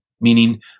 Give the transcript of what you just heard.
Meaning